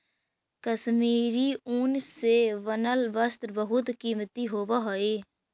कश्मीरी ऊन से बनल वस्त्र बहुत कीमती होवऽ हइ